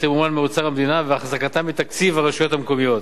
תמומן מאוצר המדינה ואחזקתן מתקציב הרשויות המקומיות.